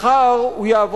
היום הוא נותן ייעוץ לווד"ל,